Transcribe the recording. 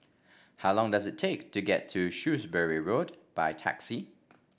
how long does it take to get to Shrewsbury Road by taxi